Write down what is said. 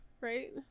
Right